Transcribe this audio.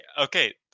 okay